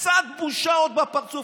קצת בושה עוד בפרצוף,